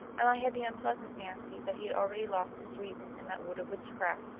and i had the unpleasant fancy that he had already lost his reason in that wood of witchcraft.